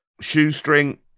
shoestring